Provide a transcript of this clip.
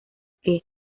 que